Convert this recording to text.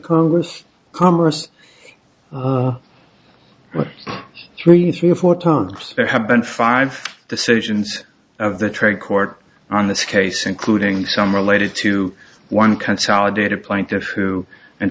congress commerce with three three or four terms there have been five decisions of the trade court on this case including some related to one consolidated plaintiff who